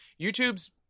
YouTube's